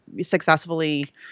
successfully